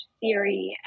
theory